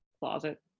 closet